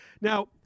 now